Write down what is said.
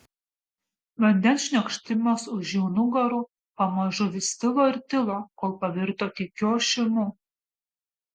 vandens šniokštimas už jų nugarų pamažu vis tilo ir tilo kol pavirto tykiu ošimu